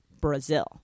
Brazil